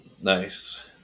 nice